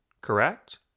correct